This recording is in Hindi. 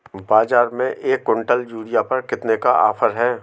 बाज़ार में एक किवंटल यूरिया पर कितने का ऑफ़र है?